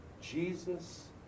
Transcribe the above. Jesus